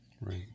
Right